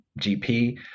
GP